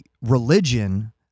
religion